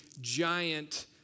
giant